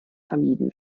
vermieden